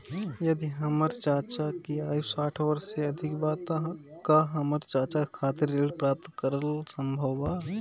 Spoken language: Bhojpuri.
यदि हमर चाचा की आयु साठ वर्ष से अधिक बा त का हमर चाचा खातिर ऋण प्राप्त करल संभव बा